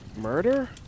Murder